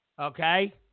Okay